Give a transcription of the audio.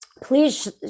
please